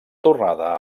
tornada